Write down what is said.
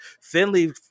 Finley